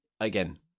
again